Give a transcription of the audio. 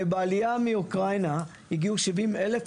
בעלייה מאוקראינה הגיעו 70,000,